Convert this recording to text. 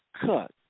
cut